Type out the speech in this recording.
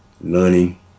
Learning